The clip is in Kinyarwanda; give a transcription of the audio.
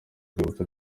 urwibutso